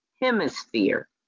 Hemisphere